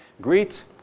Greet